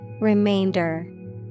Remainder